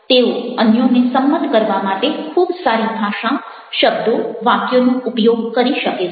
તેઓ અન્યોને સંમત કરવા માટે ખૂબ સારી ભાષા શબ્દો વાક્યોનો ઉપયોગ કરી શકે છે